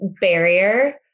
barrier